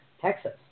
Texas